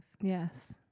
Yes